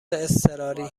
اضطراری